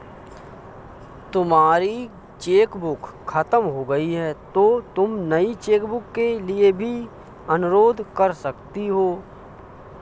तुम्हारी चेकबुक खत्म हो गई तो तुम नई चेकबुक के लिए भी अनुरोध कर सकती हो